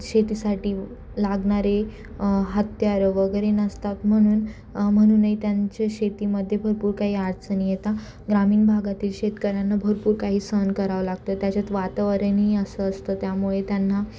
शेतीसाठी लागणारे हत्यारं वगैरे नसतात म्हणून म्हणूनही त्यांच्या शेतीमध्ये भरपूर काही अडचणी येता ग्रामीण भागातील शेतकऱ्यांना भरपूर काही सहन करावं लागतं त्याच्यात वातावरणही असं असतं त्यामुळे त्यांना